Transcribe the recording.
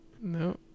No